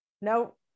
No